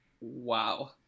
Wow